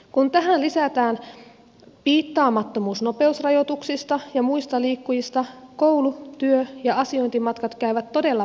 kun tähän lisätään piittaamattomuus nopeusrajoituksista ja muista liikkujista koulu työ ja asiointimatkat käyvät todella vaarallisiksi